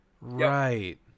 Right